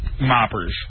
moppers